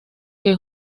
que